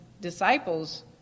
disciples